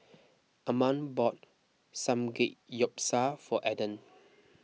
Amma bought Samgeyopsal for Eden